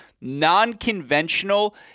non-conventional